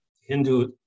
Hindu